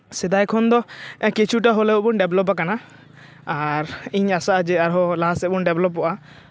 ᱥᱮᱫᱟᱭ ᱠᱷᱚᱱ ᱫᱚ ᱠᱤᱪᱷᱩᱴᱟ ᱦᱚᱞᱮᱳ ᱵᱚᱱ ᱰᱮᱵᱷᱞᱚᱯ ᱟᱠᱟᱱᱟ ᱟᱨ ᱤᱧ ᱟᱥᱟᱜᱼᱟ ᱡᱮ ᱟᱨᱦᱚᱸ ᱞᱟᱦᱟᱥᱮᱫ ᱵᱚᱱ ᱰᱮᱵᱷᱞᱚᱯᱚᱜᱼᱟ